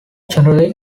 generally